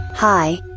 Hi